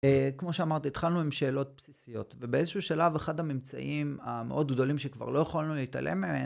כמו שאמרתי התחלנו עם שאלות בסיסיות ובאיזשהו שלב אחד הממצאים המאוד גדולים שכבר לא יכולנו להתעלם מהם